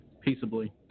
Peaceably